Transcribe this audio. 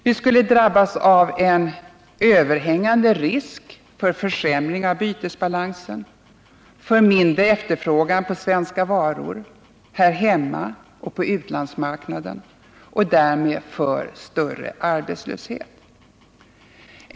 Vi skulle drabbas av en överhängande risk för försämring av bytesbalansen, för mindre efterfrågan på svenska varor, här hemma och på utlandsmarknaden, och därmed för större arbetslöshet.